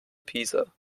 pisa